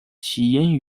起因